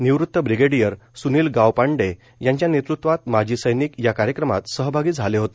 निवृत ब्रिगेडयर सूनील गावपांडे यांच्या नेतृत्वात माजी सैनिक या कार्यक्रमात सहभागी झाले होते